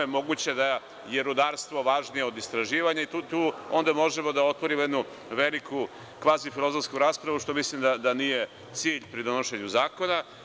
Moguće da je rudarstvo važnije od istraživanja i tu onda možemo da otvorimo jednu veliku kvazi-filozofsku raspravu, što mislim da nije cilj pri donošenju zakona.